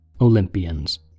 Olympians